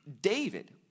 David